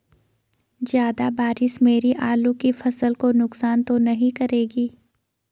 ज़्यादा बारिश मेरी आलू की फसल को नुकसान तो नहीं करेगी?